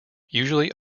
usually